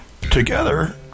Together